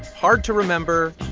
hard to remember,